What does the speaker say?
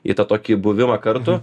į tą tokį buvimą kartu